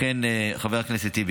חבר הכנסת טיבי,